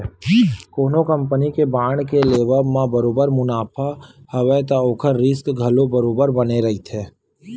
कोनो कंपनी के बांड के लेवब म बरोबर मुनाफा हवय त ओखर रिस्क घलो बरोबर बने रहिथे